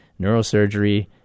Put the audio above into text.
neurosurgery